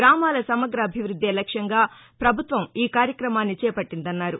గ్రామాల సమగ్ర అభివృద్దే లక్ష్యంగా ప్రభుత్వం ఈ కార్యక్రమాన్ని చేపట్లిందన్నారు